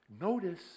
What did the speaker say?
notice